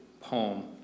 poem